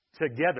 together